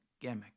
gimmick